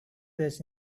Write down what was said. press